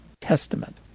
testament